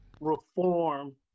reform